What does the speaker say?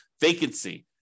vacancy